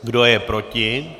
Kdo je proti?